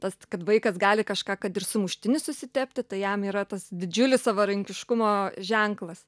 tas kad vaikas gali kažką kad ir sumuštinį susitepti tai jam yra tas didžiulis savarankiškumo ženklas